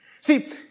See